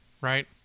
right